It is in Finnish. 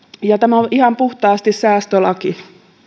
tämä on ihan puhtaasti säästölaki